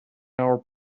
our